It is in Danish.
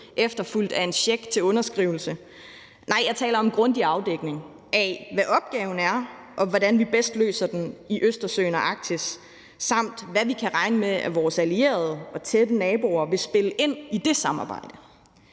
efterfulgt af en check til underskrivelse. Nej, jeg taler om grundig afdækning af, hvad opgaven er, hvordan vi bedst løser den i Østersøen og Arktis, samt hvad vi kan regne med at vores allierede og tætte naboer vil spille ind med i det samarbejde.